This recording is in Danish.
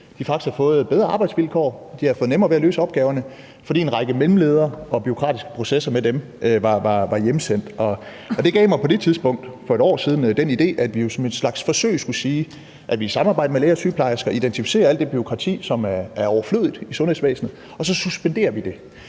havde fået bedre arbejdsvilkår; de havde fået nemmere ved at løse opgaverne, fordi en række mellemledere og med dem bureaukratiske processer var hjemsendt. Og det gav mig på det tidspunkt, for 1 år siden, den idé, at vi som en slags forsøg skulle sige, at vi i samarbejde med læger og sygeplejersker identificerer alt det bureaukrati, som er overflødigt i sundhedsvæsenet, og så suspenderer vi det